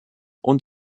und